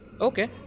Okay